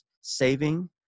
saving